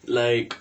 like